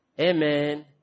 Amen